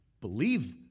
believe